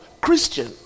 Christian